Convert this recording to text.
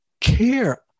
care